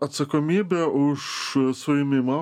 atsakomybė už suėmimą